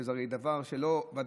שזה הרי דבר לא,